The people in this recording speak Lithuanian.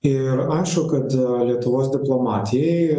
ir aišku kad lietuvos diplomatijai